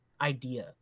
idea